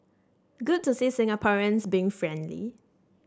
good to see Singaporeans being friendly